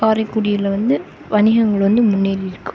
காரைக்குடியில் வந்து வணிகங்கள் வந்து முன்னேறி இருக்கு